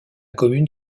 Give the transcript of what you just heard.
commune